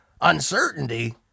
Uncertainty